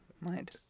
mind